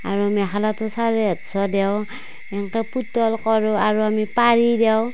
আৰু মেখেলাতো চাৰে আঠশ দিওঁ এনেকে পুতল কৰোঁ আৰু আমি পাৰি দিওঁ